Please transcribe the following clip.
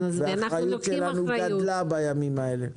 האחריות שלנו גדלה בימים האלה.